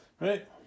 right